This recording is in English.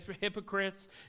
hypocrites